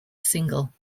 single